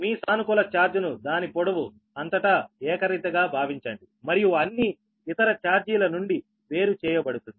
మీ సానుకూల ఛార్జ్ ను దాని పొడవు అంతటాఏకరీతిగా భావించండి మరియు అన్ని ఇతర ఛార్జీల నుండి వేరుచేయబడుతుంది